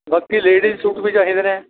ਬਾਕੀ ladies suit ਵੀ ਚਾਹੀਦੇ ਨੇ